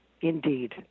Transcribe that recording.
indeed